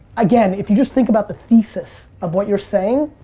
again, if you just think about the thesis of what you're saying,